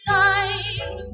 time